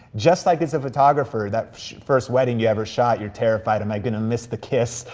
just like, as a photographer, that first wedding you ever shot, you're terrified, am i gonna miss the kiss?